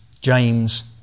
James